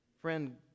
Friend